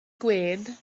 gwên